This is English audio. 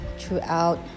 throughout